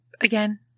again